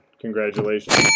Congratulations